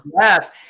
yes